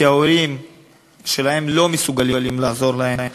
כי ההורים שלהם לא מסוגלים לעזור להם.